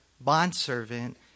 bondservant